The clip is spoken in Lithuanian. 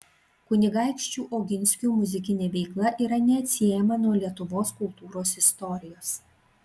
kunigaikščių oginskių muzikinė veikla yra neatsiejama nuo lietuvos kultūros istorijos